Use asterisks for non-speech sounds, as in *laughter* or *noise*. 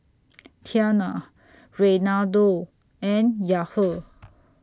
Tiana Reinaldo and Yahir *noise*